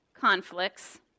conflicts